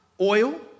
oil